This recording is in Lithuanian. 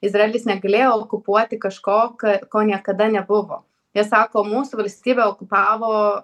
izraelis negalėjo okupuoti kažko k ko niekada nebuvo jie sako mūsų valstybę okupavo